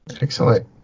excellent